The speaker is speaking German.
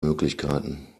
möglichkeiten